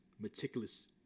meticulous